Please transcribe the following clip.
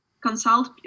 consult